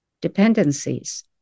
dependencies